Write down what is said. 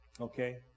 Okay